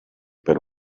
per